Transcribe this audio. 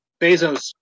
Bezos